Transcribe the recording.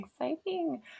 exciting